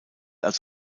als